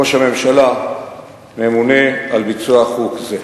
ראש הממשלה ממונה על ביצוע חוק זה".